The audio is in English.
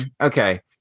okay